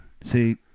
See